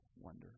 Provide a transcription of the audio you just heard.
wonder